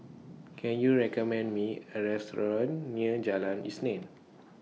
Can YOU recommend Me A Restaurant near Jalan Isnin